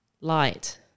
Light